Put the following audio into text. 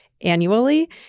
annually